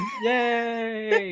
Yay